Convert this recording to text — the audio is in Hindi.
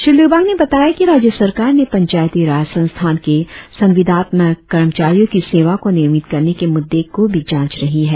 श्री लिबांग ने बताया कि राज्य सरकार ने पंचायती राज संस्थान के संविदात्मक कर्मचारियों की सेवा को नियमित करने के मुद्दे को भी जांच रही है